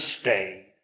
stay